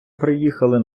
приїхали